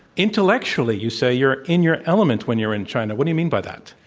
intellectually, you say, you're in your element when you're in china. what do you mean by that?